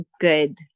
good